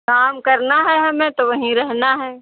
काम करना है हमें तो वहीं रहना है